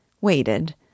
waited